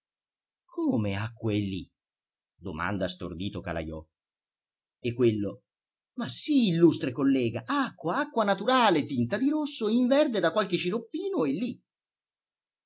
come acqua e lì domanda stordito calajò e quello ma sì illustre collega acqua acqua naturale tinta in rosso o in verde da qualche sciroppino e lì